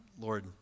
Lord